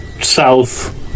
south